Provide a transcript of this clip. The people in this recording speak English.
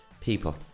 People